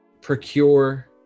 procure